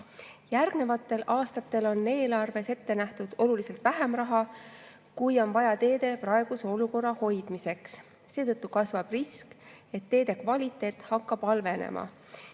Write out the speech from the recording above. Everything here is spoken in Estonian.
Järgnevatel aastatel on eelarves ette nähtud oluliselt vähem raha, kui on vaja teede praeguse olukorra hoidmiseks. Seetõttu kasvab risk, et teede kvaliteet hakkab halvenema."